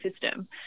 system